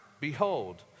behold